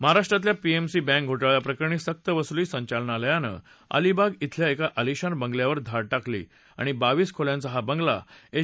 महाराष्ट्रातल्या PMC bank घो क्रियाप्रकरणी सक्तवसुली संचालनालयानं अलिबाग क्रिल्या एका अलिशान बंगल्यांवर धाड कली बावीस खोल्यांचा हा बंगला एच